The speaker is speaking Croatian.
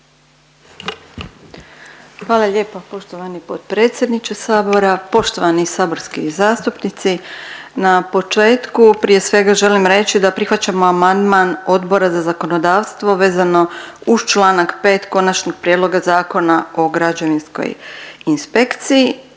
Hvala lijepa poštovani potpredsjedniče sabora. Poštovani saborski zastupnici, na početku prije svega želim reći da prihvaćamo amandman Odbora za zakonodavstva vezano uz čl. 5. Konačnog prijedloga Zakona o građevinskoj inspekciji,